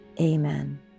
Amen